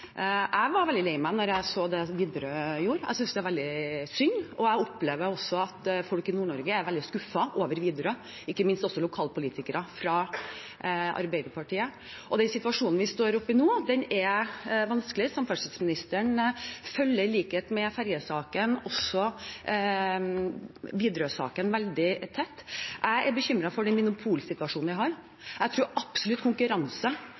Jeg ble veldig lei meg da jeg så det Widerøe gjorde – jeg synes det er veldig synd. Jeg opplever også at folk i Nord-Norge er veldig skuffet over Widerøe, ikke minst også lokalpolitikere fra Arbeiderpartiet. Den situasjonen vi står oppe i nå, er vanskelig. Samferdselsministeren følger i likhet med i ferjesaken også Widerøe-saken veldig tett. Jeg er bekymret for den monopolsituasjonen vi har. Jeg tror absolutt konkurranse